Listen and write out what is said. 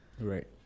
right